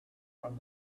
from